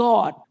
God